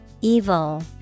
Evil